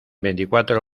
veinticuatro